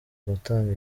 gutanga